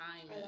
time